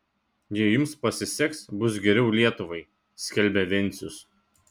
jei jums pasiseks bus geriau lietuvai skelbė vencius